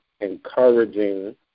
encouraging